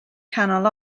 canol